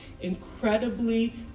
incredibly